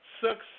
success